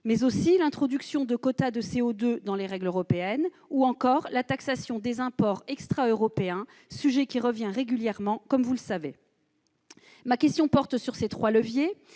mais aussi à l'introduction de quotas de CO2 dans les règles européennes, ou encore à la taxation des imports extra-européens, un sujet qui revient régulièrement, comme vous le savez. Madame la secrétaire